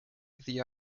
the